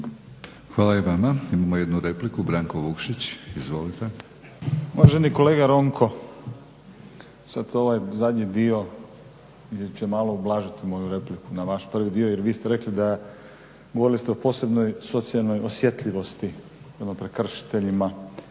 Hvala i vama. Imamo jednu repliku, Branko Vukšić, izvolite.